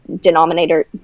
denominator